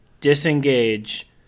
disengage